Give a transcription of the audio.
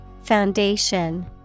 Foundation